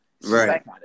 Right